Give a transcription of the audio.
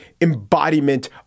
embodiment